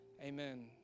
Amen